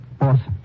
Awesome